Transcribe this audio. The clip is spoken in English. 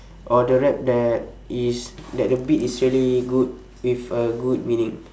or the rap that is that the beat is really good with a good meaning